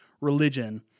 religion